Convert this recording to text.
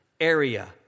area